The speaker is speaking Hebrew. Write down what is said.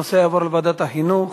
הנושא יעבור לוועדת החינוך.